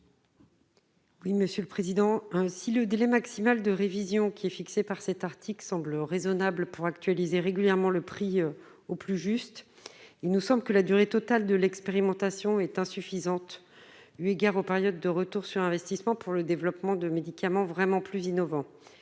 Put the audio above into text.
Oui, monsieur le président, ainsi le délai maximal de révision qui est fixée par cet article semble raisonnable pour actualiser régulièrement le prix au plus juste il nous sommes que la durée totale de l'expérimentation est insuffisante huit guerre en période de retour sur investissement pour le développement de médicaments vraiment plus innovant,